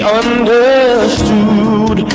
understood